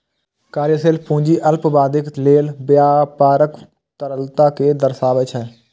कार्यशील पूंजी अल्पावधिक लेल व्यापारक तरलता कें दर्शाबै छै